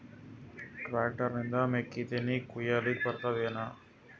Tractor ನಿಂದ ಮೆಕ್ಕಿತೆನಿ ಕೊಯ್ಯಲಿಕ್ ಬರತದೆನ?